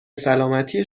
سلامتی